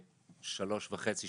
ושלוש שנים וחצי